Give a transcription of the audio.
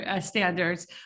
standards